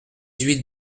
huit